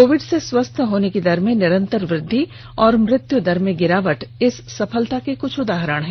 Covid से स्वस्थ होने की दर में निरंतर वृद्धि और मृत्युदर में गिरावट इस सफलता के क्छ उदाहरण हैं